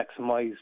maximise